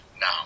now